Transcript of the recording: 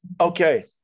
Okay